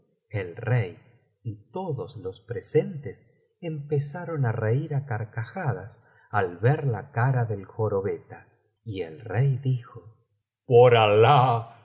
el rey y todos los presentes empezaron á reir á carcajadas al ver la cara del jorobeta y el rey dijo por alah